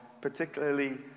particularly